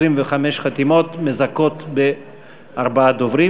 25 חתימות מזכות בארבעה דוברים.